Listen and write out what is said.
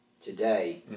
today